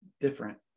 Different